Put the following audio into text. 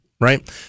Right